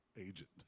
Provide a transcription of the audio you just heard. agent